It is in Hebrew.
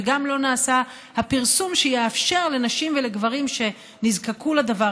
וגם לא נעשה הפרסום שיאפשר לנשים ולגברים שנזקקו לדבר